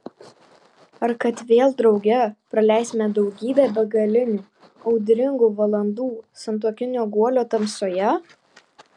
ar kad vėl drauge praleisime daugybę begalinių audringų valandų santuokinio guolio tamsoje